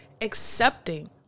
accepting